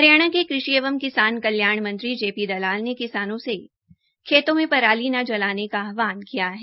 हरियाणा के कृषि एवं किसान कल्याण मंत्री जेपी दलाल ने किसानों से खेतों में पराली न जलाने का आहवान किया है